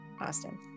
Austin